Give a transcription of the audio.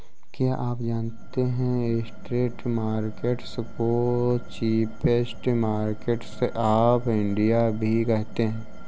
क्या आप जानते है स्ट्रीट मार्केट्स को चीपेस्ट मार्केट्स ऑफ इंडिया भी कहते है?